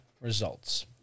results